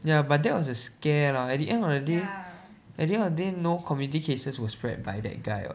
ya but that was a scare lah at the end of the day at the end of the day no community cases was spread by that guy [what]